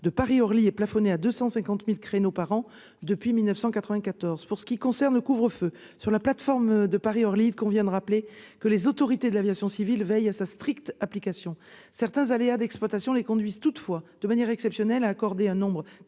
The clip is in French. de Paris-Orly est plafonné à 250 000 créneaux par an depuis 1994. En ce qui concerne le couvre-feu sur la plateforme de Paris-Orly, il convient de rappeler que les autorités de l'aviation civile veillent à sa stricte application. Toutefois, certains aléas d'exploitation les conduisent à accorder à titre exceptionnel et en nombre